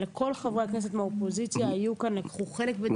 אבל כל חברי הכנסת מהאופוזיציה היו כאן ולקחו חלק בדיון.